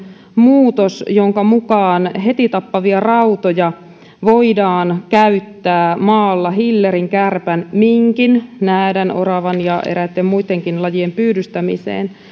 muutos jonka mukaan heti tappavia rautoja voidaan käyttää maalla hillerin kärpän minkin näädän oravan ja eräitten muittenkin lajien pyydystämiseen